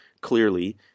clearly